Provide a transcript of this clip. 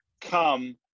come